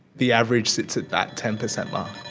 the average sits at that ten percent mark.